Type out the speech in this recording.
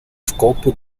scopo